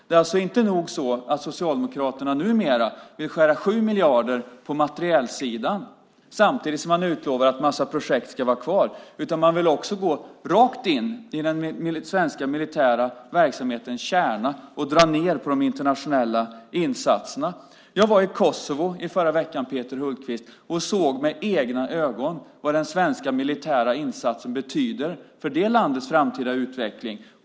Det är inte nog att Socialdemokraterna numera vill skära ned 7 miljarder på materielsidan, samtidigt som man utlovar att en massa projekt ska vara kvar, utan man vill också gå rakt in i den svenska militära verksamhetens kärna och dra ned på de internationella insatserna. Jag var i Kosovo i förra veckan, Peter Hultqvist, och såg med egna ögon vad den svenska militära insatsen betyder för det landets framtida utveckling.